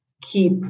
keep